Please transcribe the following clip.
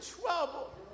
trouble